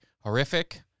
horrific